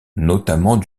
notamment